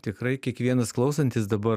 tikrai kiekvienas klausantis dabar